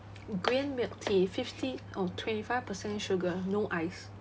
green milk tea fifty or twenty five percent sugar no ice